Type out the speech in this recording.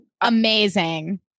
Amazing